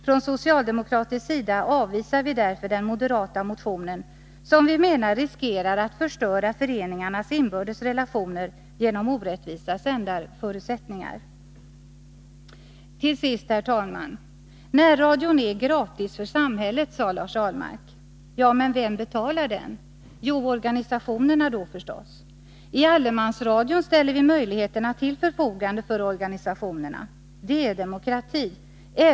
Från socialdemokratisk sida avvisar vi därför den moderata motionen, som vi menar riskerar att förstöra föreningarnas inbördes relationer genom orättvisa sändarförutsättningar. Till sist, herr talman, närradion är gratis för samhället, sade Lars Ahlmark. Ja, men vem betalar den? Jo, organisationerna förstås. I allemansradion ställer vi möjligheterna till förfogande för organisationerna. Det är demokrati.